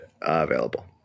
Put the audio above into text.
available